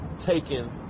taken